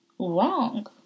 Wrong